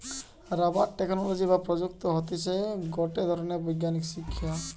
rubber technology বা প্রযুক্তি হতিছে গটে ধরণের বৈজ্ঞানিক শিক্ষা